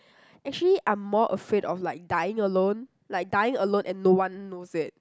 actually I'm more afraid of like dying alone like dying alone and no one knows it